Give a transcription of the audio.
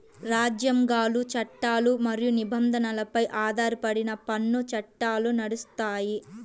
రాజ్యాంగాలు, చట్టాలు మరియు నిబంధనలపై ఆధారపడి పన్ను చట్టాలు నడుస్తాయి